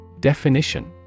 Definition